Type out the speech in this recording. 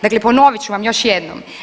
Dakle ponovit ću vam još jednom.